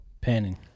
Panning